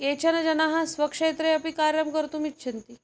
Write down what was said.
केचन जनाः स्वक्षेत्रे अपि कार्यं कर्तुम् इच्छन्ति